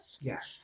Yes